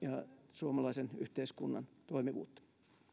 suomalaisen yhteiskunnan toimivuutta